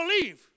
believe